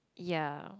ya